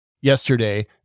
yesterday